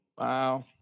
Wow